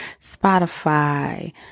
Spotify